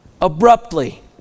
abruptly